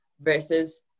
versus